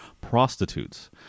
prostitutes